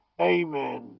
Amen